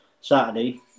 Saturday